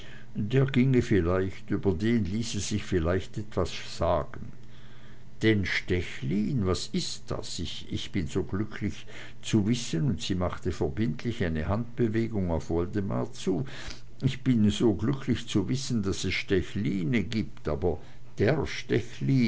der ginge vielleicht über den ließe sich vielleicht etwas sagen den stechlin was ist das ich bin so glücklich zu wissen und sie machte verbindlich eine handbewegung auf woldemar zu ich bin so glücklich zu wissen daß es stechline gibt aber der